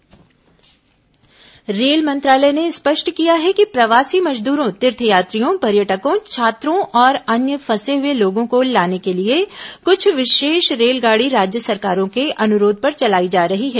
corona रेल मंत्रालय रेल मंत्रालय ने स्पष्ट किया है कि प्रवासी मजदूरों तीर्थयात्रियों पर्यटकों छात्रों और अन्य फंसे हुए लोगों को लाने के लिए कुछ विशेष रेलगाड़ी राज्य सरकारों के अनुरोध पर चलाई जा रही हैं